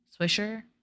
Swisher